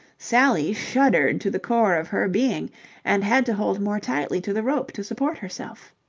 sally shuddered to the core of her being and had to hold more tightly to the rope to support herself.